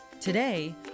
Today